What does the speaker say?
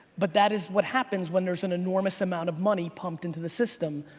but that is what happens when there's an enormous amount of money pumped into the system,